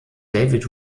david